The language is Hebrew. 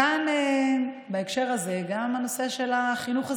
כאן, בהקשר הזה, גם הנושא של החינוך הסביבתי,